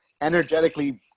energetically